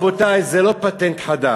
רבותי, זה לא פטנט חדש.